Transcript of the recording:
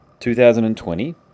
2020